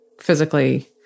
physically